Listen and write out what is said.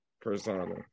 persona